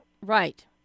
Right